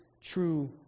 true